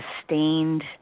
sustained